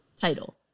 title